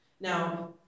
Now